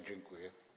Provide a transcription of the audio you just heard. Dziękuję.